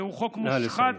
זהו חוק מושחת, נא לסיים.